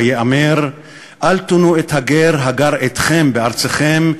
וייאמר: אל תונו את הגר הגר אתכם בארצכם,